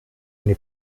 eine